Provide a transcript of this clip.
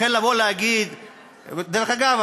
דרך אגב,